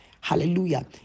Hallelujah